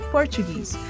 Portuguese